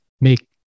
make